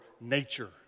nature